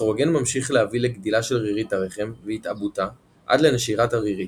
אסטרוגן ממשיך להביא לגדילה של רירית הרחם והתעבותה עד לנשירת הרירית,